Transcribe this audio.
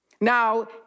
Now